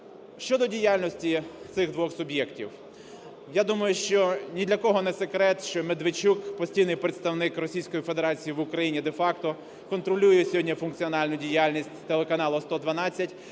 Щодо діяльності цих двох суб'єктів. Я думаю, що ні для кого не секрет, що Медведчук, постійний представник Російської Федерації в Україні де-факто, контролює сьогодні функціональну діяльність телеканалу "112",